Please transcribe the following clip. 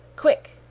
quick!